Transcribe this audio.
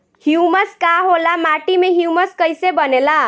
Humus का होला माटी मे ह्यूमस कइसे बनेला?